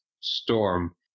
storm